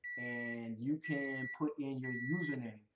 and you can put in your user name,